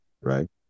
right